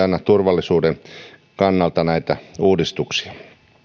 aina erityisesti turvallisuuden kannalta näitä uudistuksia